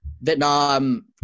Vietnam